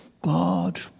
God